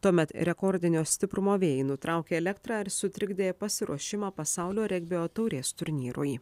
tuomet rekordinio stiprumo vėjai nutraukė elektrą ir sutrikdė pasiruošimą pasaulio regbio taurės turnyrui